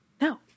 No